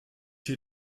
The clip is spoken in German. hier